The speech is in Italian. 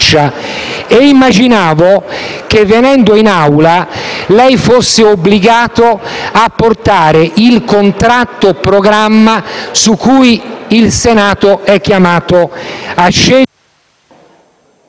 Immaginavo che venendo in Aula lei fosse obbligato a portare il contratto-programma su cui il Senato è chiamato a scegliere.